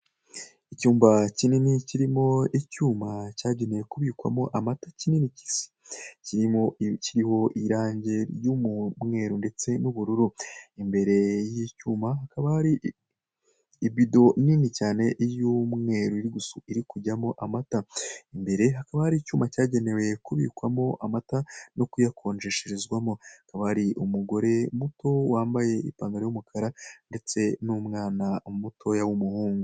Icyumba kinini kirimo icyuma cyagenewe kubikwamo amata kinini kiriho irange ry'umweru ndetse n'ubururu, imbere y'icyuma hakaba hari ibido nini cyane y'umweru iri kujyamo amata, imbere hakaba hari icyuma cyagenewe kubikwamo amata no kuyakonjesherezwamo, hakaba hari umugore muto wambaye ipantaro y'umukara ndetse n'umwana mutoya w'umuhungu.